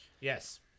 Yes